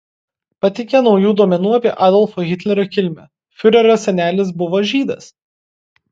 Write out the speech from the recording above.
pateikė naujų duomenų apie adolfo hitlerio kilmę fiurerio senelis buvo žydas